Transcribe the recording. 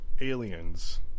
aliens